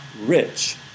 rich